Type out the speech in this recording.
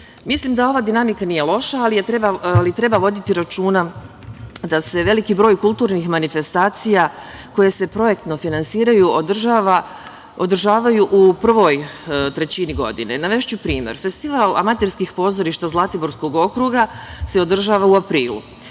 njima. Mislim da ova dinamika nije loša, ali treba voditi računa da se veliki broj kulturnih manifestacija koje se projektno finansiraju održavaju u prvoj trećini godine. Navešću primer. Festival amaterskih pozorišta zlatiborskog okruga se održava u aprilu.